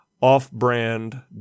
off-brand